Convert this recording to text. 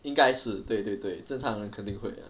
应该是对对对正常人肯定会的